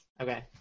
Okay